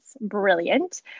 Brilliant